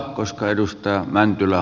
koska edustaja mäntylä